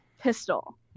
pistol